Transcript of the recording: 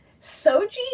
Soji